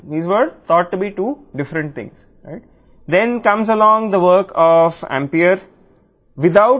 ఇవి రెండు వేర్వేరు విషయాలు సరైనవిగా భావించబడ్డాయి